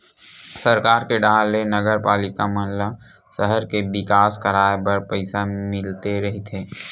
सरकार के डाहर ले नगरपालिका मन ल सहर के बिकास कराय बर पइसा मिलते रहिथे